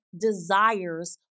desires